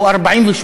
הוא 48,